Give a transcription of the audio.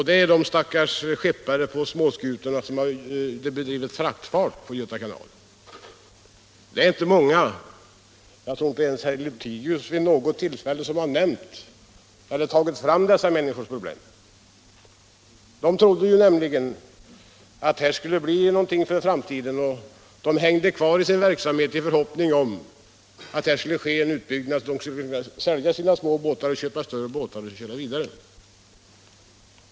Det är de stackars skeppare med småskutor som har bedrivit fraktfart på Göta kanal. De är inte många. Jag tror inte ens att herr Lothigius vid något tillfälle berört dessa människors problem. De trodde nämligen att det skulle bli någonting för framtiden, och de blev kvar i sin verksamhet i förhoppningen om att det skulle bli en utbyggnad, så att de skulle kunna sälja sina små båtar och köpa större för att kunna fortsätta med verksamheten.